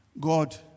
God